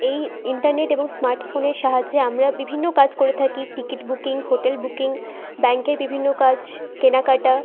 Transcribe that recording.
এই ইন্টারনেট এবং স্মার্ট ফোনের সাহায্য আমরা বিভিন্ন কাজ করে থাকি টিকিট বুকিং হোটেল বুকিং ব্যাঙ্কের বিভিন্ন কাজ কেনাকাটা